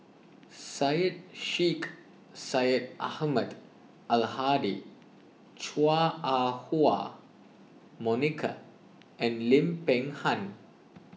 Syed Sheikh Syed Ahmad Al Hadi Chua Ah Huwa Monica and Lim Peng Han